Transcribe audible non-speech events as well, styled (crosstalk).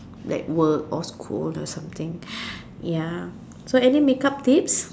like work or school or something (breath) ya so any makeup tips